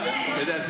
אתה יודע,